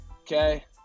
Okay